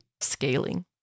scaling